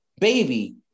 baby